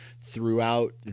throughout